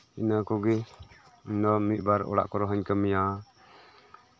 ᱤᱱᱟᱹ ᱠᱚᱜᱮ ᱢᱤᱫᱵᱟᱨ ᱚᱲᱟᱜ ᱠᱚᱨᱮ ᱦᱚᱧ ᱠᱟᱹᱢᱤᱭᱟ